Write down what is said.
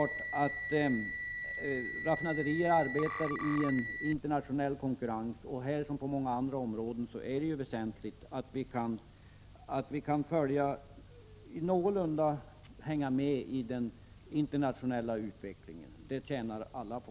Raffinaderier arbetar i en internationell konkurrens, och här som på många andra områden är det väsentligt att vi kan någorlunda hänga med i den internationella utvecklingen. Det tjänar alla på.